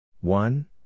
One